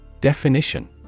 Definition